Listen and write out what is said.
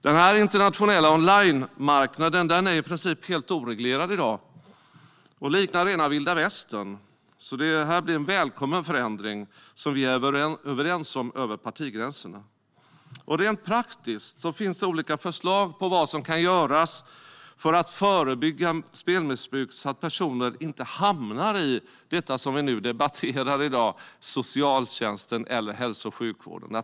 Den internationella onlinemarknaden är i princip helt oreglerad i dag och liknar rena vilda västern, så det här blir en välkommen förändring som vi är överens om över partigränserna. Rent praktiskt finns det olika förslag till vad som kan göras för att förebygga spelmissbruket så att personer inte hamnar i socialtjänsten eller i hälso och sjukvården.